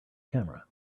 camera